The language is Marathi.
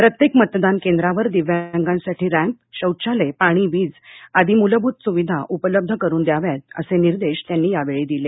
प्रत्येक मतदान केंद्रावर दिव्यांगांसाठी रँप शौचालय पाणी वीज आदी मूलभूत सुविधा उपलब्ध करून द्याव्यात असे निर्देश त्यांनी यावेळी दिले